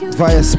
via